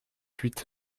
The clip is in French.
huit